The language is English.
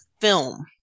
film